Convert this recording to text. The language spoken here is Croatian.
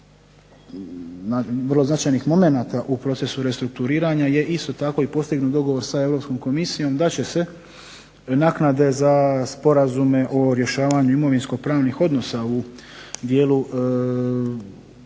vrlo značajnih momenata u procesu restrukturiranja je isto tako i postignut dogovor sa Europskom Komisijom da će se naknade za sporazume o rješavanju imovinsko-pravnih odnosa u dijelu nekretnina